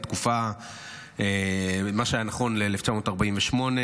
מה שהיה נכון ל-1948,